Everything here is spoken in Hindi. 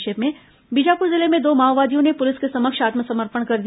संक्षिप्त समाचार बीजापुर जिले में दो माओवादियों ने पुलिस के समक्ष आत्मसमर्पण कर दिया